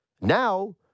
Now